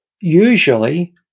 usually